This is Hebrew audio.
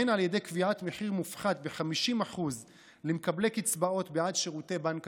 הן על ידי קביעת מחיר מופחת ב-50% למקבלי קצבאות בעד שירותי בנק